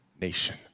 nation